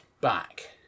back